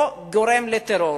או גורם לטרור.